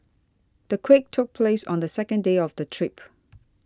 the quake took place on the second day of the trip